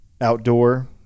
outdoor